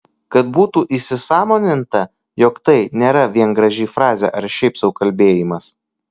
kad būtų įsisąmoninta jog tai nėra vien graži frazė ar šiaip sau kalbėjimas